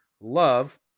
love